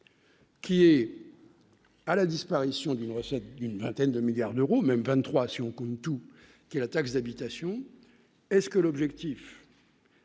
Qui est à la disparition d'une recette d'une vingtaine de milliards d'euros, même 23 si on compte tous qui est la taxe d'habitation est-ce que l'objectif.